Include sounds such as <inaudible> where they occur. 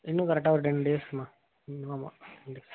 இன்னும் கரெட்டாக ஒரு டென் டேஸ்ம்மா ம் ஆமாம் <unintelligible>